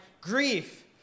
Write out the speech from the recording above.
grief